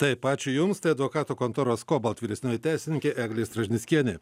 taip ačiū jums tai advokatų kontoros kobalt vyresnioji teisininkė eglė stražnickienė